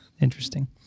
interesting